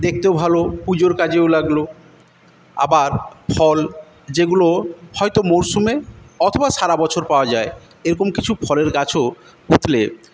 দেখতেও ভালো পুজোর কাজেও লাগলো আবার ফল যেগুলো হয়তো মরসুমে অথবা সারাবছর পাওয়া যায় এরকম কিছু ফলের গাছও পুঁতলে